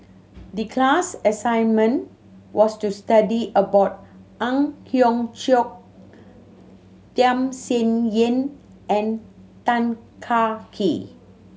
the class assignment was to study about Ang Hiong Chiok Tham Sien Yen and Tan Kah Kee